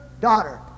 daughter